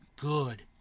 good